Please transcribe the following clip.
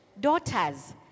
daughters